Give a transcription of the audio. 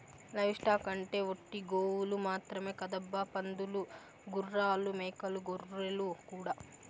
live stock అంటే ఒట్టి గోవులు మాత్రమే కాదబ్బా పందులు గుర్రాలు మేకలు గొర్రెలు కూడా